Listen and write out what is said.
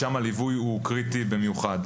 ששם הליווי הוא קריטי במיוחד.